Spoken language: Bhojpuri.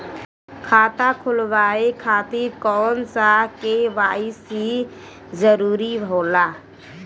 खाता खोलवाये खातिर कौन सा के.वाइ.सी जरूरी होला?